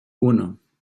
uno